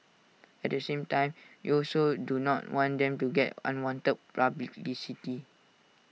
at the same time we also do not want them to get unwanted publicity